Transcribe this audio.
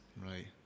Right